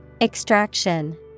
Extraction